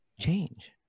change